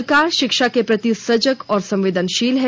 सरकार शिक्षा के प्रति सजग एवं संवेदनशील है